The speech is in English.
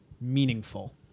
meaningful